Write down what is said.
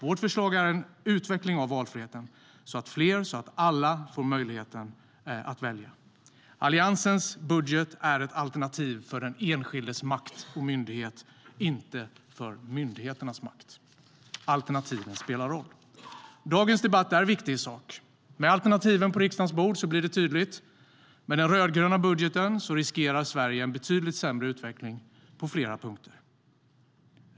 Vårt förslag är en utveckling av valfriheten så att alla får möjlighet att välja. Alliansens budget är ett alternativ för den enskildes makt och myndighet, inte för myndigheternas makt. Alternativen spelar roll. Dagens debatt är viktig i sak. Med alternativen på riksdagens bord blir det tydligt. Med den grönröda budgeten riskerar Sverige att få en betydligt sämre utveckling på flera punkter.